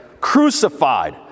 crucified